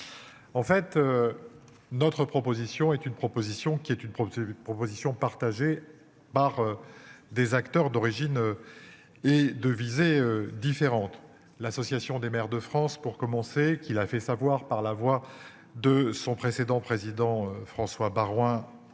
En fait. Notre proposition est une proposition qui est une preuve de ses propositions partagées par. Des acteurs d'origine. Et de viser différentes. L'Association des maires de France pour commencer qui l'a fait savoir par la voix de son précédent président François Baroin